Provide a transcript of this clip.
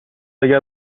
اگر